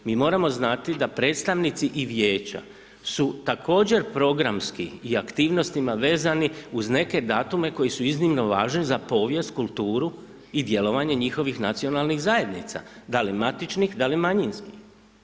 Mi moramo znati da predstavnici i vijeća su također programski i aktivnostima vezani uz neke datume koji su iznimno važni za povijest, kulturu i djelovanje njihovih nacionalnih zajednica, da li matičnih, da li manjinskih.